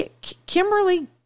Kimberly